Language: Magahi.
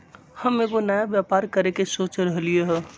हम एगो नया व्यापर करके सोच रहलि ह